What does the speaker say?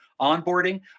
onboarding